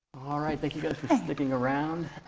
all right, thank you guys for sticking around.